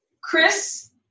Chris